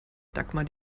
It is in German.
dagmar